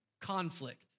conflict